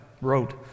wrote